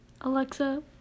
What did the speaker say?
Alexa